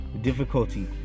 difficulty